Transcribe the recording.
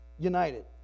united